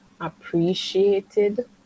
appreciated